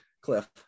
Cliff